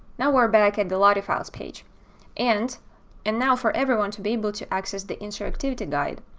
now, we're back at the lottie files page and and now for everyone to be able to access the interactivity guide,